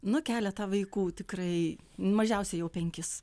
nu keletą vaikų tikrai mažiausiai jau penkis